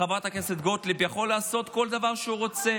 חברת הכנסת גוטליב, יכול לעשות כל דבר שהוא רוצה,